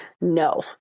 No